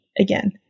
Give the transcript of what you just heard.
again